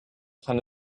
kann